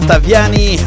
Taviani